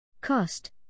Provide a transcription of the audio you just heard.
Cost